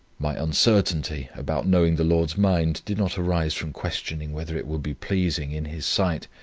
my uncertainty about knowing the lord's mind did not arise from questioning whether it would be pleasing in his sight,